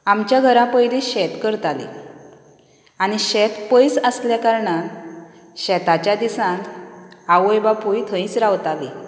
आमच्या घरां पयली शेत करतालीं आनी शेत पयस आसलें करणान शेताच्या दिसान आवय बापूय थंयच रावतालीं